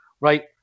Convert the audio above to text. right